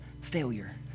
failure